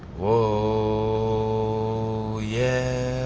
whoa yeah